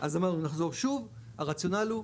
נחזור שוב, הרציונל הוא,